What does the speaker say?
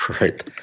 Right